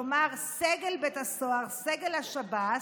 כלומר, סגל בית הסוהר, סגל השב"ס,